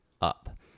up